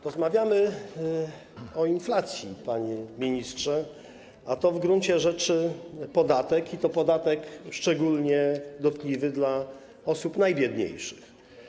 Rozmawiamy o inflacji, panie ministrze, a to w gruncie rzeczy podatek, i to podatek szczególnie dotkliwy dla osób najbiedniejszych.